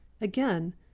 Again